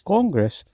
Congress